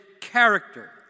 character